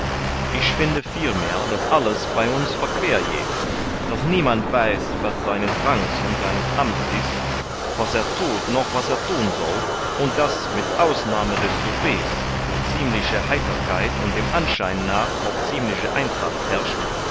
ich finde vielmehr daß alles bei uns verqueer geht daß niemand weiß was seines rangs und seines amts ist was er thut noch was er thun soll und daß mit ausnahme des soupers wo ziemliche heiterkeit und dem anschein nach auch ziemliche eintracht herrscht